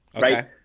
right